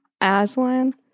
Aslan